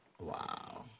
Wow